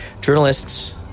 journalists